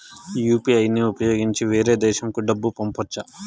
UPI ని ఉపయోగించి వేరే దేశంకు డబ్బును పంపొచ్చా?